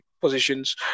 positions